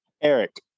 eric